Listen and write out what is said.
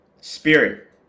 Spirit